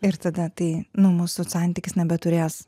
ir tada tai nu mūsų santykis nebeturės